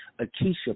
Akeisha